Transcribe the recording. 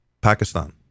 Pakistan